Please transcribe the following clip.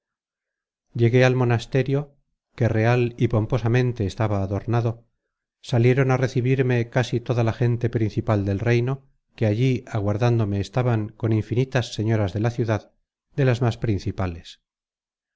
llegué al monasterio que real y pomposamente estaba adornado salieron á recebirme casi toda la gente principal del reino que allí aguardándome estaban con infinitas señoras de la ciudad de las más principales